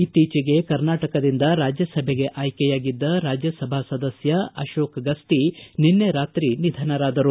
ಇತ್ತೀಚೆಗೆ ಕರ್ನಾಟಕದಿಂದ ರಾಜ್ಯಸಭೆಗೆ ಆಯ್ಲೆಯಾಗಿದ್ದ ರಾಜ್ಯಸಭಾ ಸದಸ್ಯ ಅಶೋಕ್ ಗಸ್ತಿ ನಿನ್ನೆ ರಾತ್ರಿ ನಿಧನರಾದರು